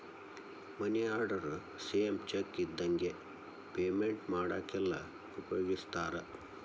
ಮನಿ order same cheque ಇದ್ದಂಗೆ payment ಮಾಡಾಕೆಲ್ಲ ಉಪಯೋಗಿಸ್ತಾರ